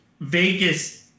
Vegas